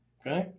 Okay